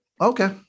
Okay